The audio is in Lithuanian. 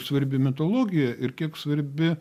svarbi mitologija ir kiek svarbi